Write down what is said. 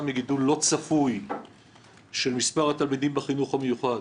מגידול לא צפוי במספר התלמידים בחינוך המיוחד.